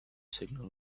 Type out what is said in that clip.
signal